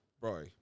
bro